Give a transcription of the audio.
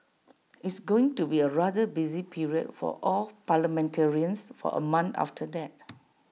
it's going to be A rather busy period for all parliamentarians for A month after that